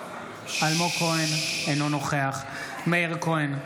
אינו נוכח מאיר כהן,